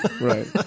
right